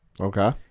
Okay